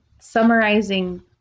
summarizing